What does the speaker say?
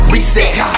Reset